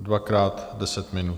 Dvakrát deset minut.